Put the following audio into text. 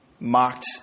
mocked